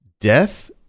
Death